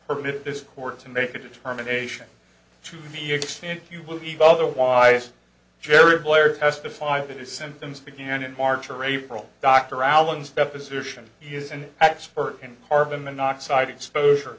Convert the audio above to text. permit this court to make a determination to the extent you believe otherwise jerry blair to testify that his symptoms began in march or april dr allen's deposition he's an expert in carbon monoxide exposure